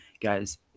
guys